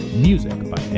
music by and